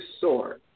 soar